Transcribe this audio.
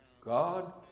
God